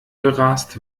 gerast